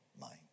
mind